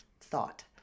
thought